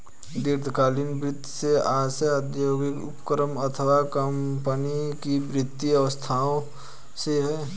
दीर्घकालीन वित्त से आशय औद्योगिक उपक्रम अथवा कम्पनी की वित्तीय आवश्यकताओं से है